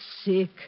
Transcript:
sick